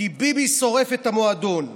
כי ביבי שורף את המועדון.